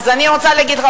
אז אני רוצה להגיד לך,